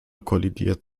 kollidiert